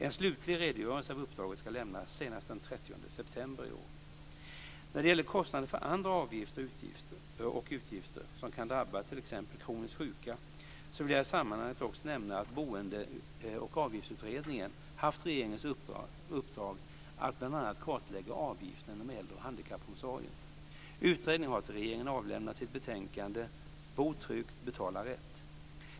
En slutlig redogörelse av uppdraget ska lämnas senast den När det gäller kostnader för andra avgifter och utgifter som kan drabba t.ex. kroniskt sjuka vill jag i sammanhanget också nämna att Boende och avgiftsutredningen haft regeringens uppdrag att bl.a. kartlägga avgifterna inom äldre och handikappomsorgen. Utredningen har till regeringen avlämnat sitt betänkande Bo tryggt - Betala rätt.